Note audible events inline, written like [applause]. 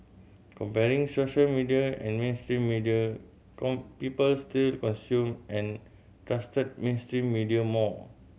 comparing social media and mainstream media [unintelligible] people still consumed and trusted mainstream media more